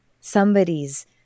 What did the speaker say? somebody's